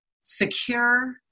secure